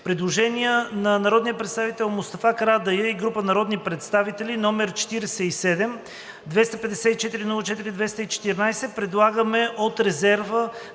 Предложение на народния представител Мустафа Карадайъ и група народни представители, № 47-254-04-214: „Предлагаме от Резерва